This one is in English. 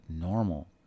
normal